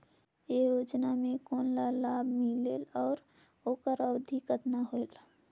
ये योजना मे कोन ला लाभ मिलेल और ओकर अवधी कतना होएल